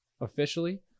officially